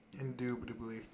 Indubitably